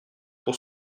pour